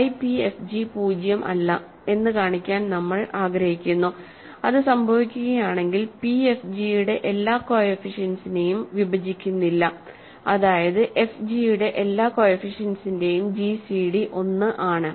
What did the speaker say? phi pfg പൂജ്യം അല്ല എന്ന് കാണിക്കാൻ നമ്മൾ ആഗ്രഹിക്കുന്നു അത് സംഭവിക്കുകയാണെങ്കിൽ p fg യുടെ എല്ലാ കോഎഫിഷ്യന്റ്സിനെയും വിഭജിക്കുന്നില്ല അതായത് fg യുടെ എല്ലാ കോഎഫിഷ്യന്റ്സിന്റെയും gcd 1 ആണ്